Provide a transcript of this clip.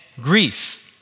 grief